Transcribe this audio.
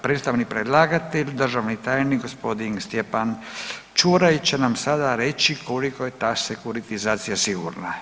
Predstavnik predlagatelja državni tajnik gospodin Stjepan Čuraj će nam sada reći koliko je ta sekuritizacija sigurna.